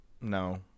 No